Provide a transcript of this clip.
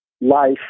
life